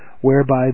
whereby